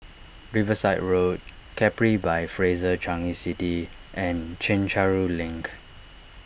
Riverside Road Capri by Fraser Changi City and Chencharu Link